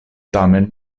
tamen